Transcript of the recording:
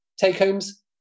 Take-homes